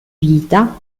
vita